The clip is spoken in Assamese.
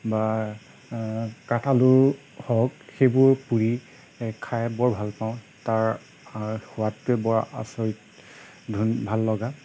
বা কাঠ আলু হওক সেইবোৰ পুৰি খাই বৰ ভাল পাওঁ তাৰ সোৱাদটোৱেই বৰ আচৰিত ভাল লগা